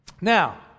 Now